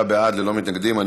בסדר.